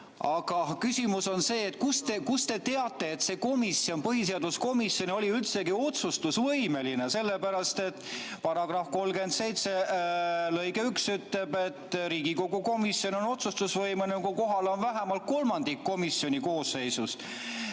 Aga küsimus on, kust te teate, et see komisjon, põhiseaduskomisjon oli üldsegi otsustusvõimeline. Sellepärast, et § 37 lõige 1 ütleb, et Riigikogu komisjon on otsustusvõimeline, kui kohal on vähemalt kolmandik komisjoni koosseisust.